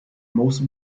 most